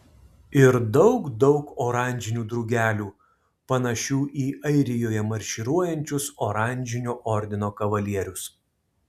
ir daug daug oranžinių drugelių panašių į airijoje marširuojančius oranžinio ordino kavalierius